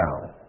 down